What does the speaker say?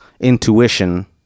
intuition